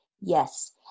Yes